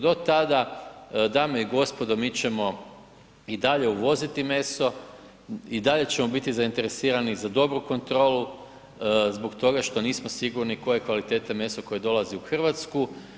Do tada dame i gospodo mi ćemo i dalje uvoziti meso i dalje ćemo biti zaineresirani za dobru kontrolu zbog toga što nismo sigurni koje je kvalitete meso koje dolazi u Hrvatsku.